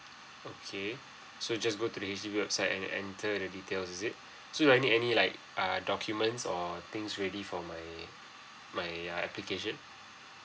okay so just go to the H_D_B website and enter the details is it so do I need any like err documents or things ready for my my uh application